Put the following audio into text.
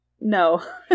no